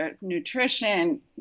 nutrition